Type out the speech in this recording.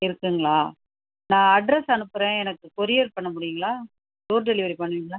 இருக்குங்களா நான் அட்ரெஸ் அனுப்புகிறேன் எனக்கு கொரியர் பண்ண முடியுங்களா டோர் டெலிவரி பண்ணுவீங்களா